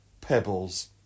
pebbles